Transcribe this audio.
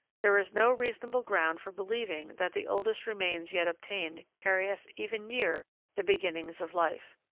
there is no reasonable ground for believing that the oldest remains yet obtained carry us even near the beginnings of life.